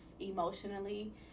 emotionally